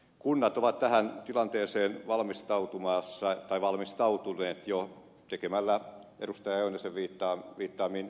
kunnat ovat tähän tilanteeseen valmistautuneet jo tekemällä leikkaus ja sopeutumislistoja joihin ed